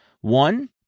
One